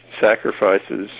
sacrifices